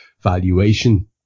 valuation